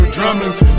Drummers